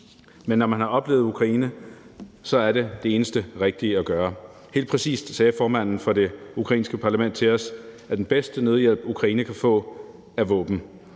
men når man har oplevet situationen i Ukraine, er det det eneste rigtige at gøre. Helt præcis sagde formanden for det ukrainske parlament til os: Den bedste nødhjælp, Ukraine kan få, er våben.